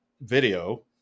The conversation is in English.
video